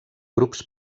grups